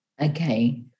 Okay